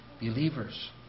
believers